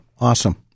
Awesome